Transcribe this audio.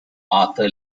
arthur